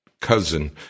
Cousin